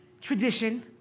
Tradition